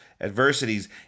adversities